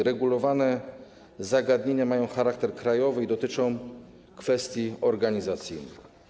Regulowane zagadnienia mają charakter krajowy i dotyczą kwestii organizacyjnych.